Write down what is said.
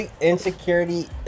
insecurity